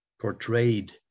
portrayed